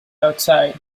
outside